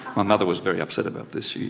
my mother was very upset about this.